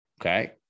okay